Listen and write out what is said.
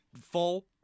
full